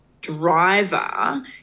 driver